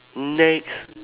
next